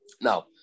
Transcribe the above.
Now